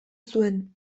zuen